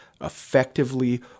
effectively